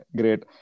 great